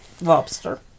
Lobster